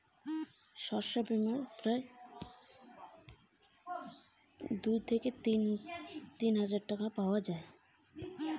শস্য বিমায় কত টাকা পাওয়া যায়?